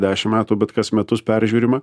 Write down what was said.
dešimt metų bet kas metus peržiūrima